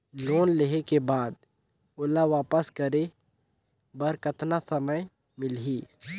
Loan लेहे के बाद ओला वापस करे बर कतना समय मिलही?